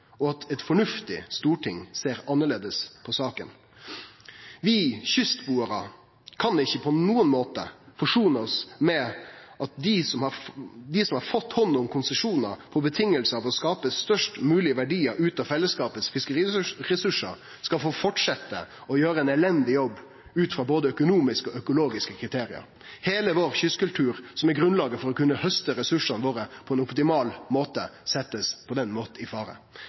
og at eit fornuftig storting ser annleis på saka. Vi kystbuarar kan ikkje på nokon måte forsone oss med at dei som har fått hand om konsesjonar mot å skape størst moglege verdiar ut av fellesskapet sine fiskeriressursar, skal få fortsetje å gjere ein elendig jobb ut frå både økonomiske og økologiske kriterium. Heile vår kystkultur, som er grunnlaget for å kunne hauste ressursane våre på ein optimal måte, blir på den måten sett i fare.